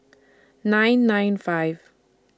nine nine five